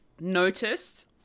noticed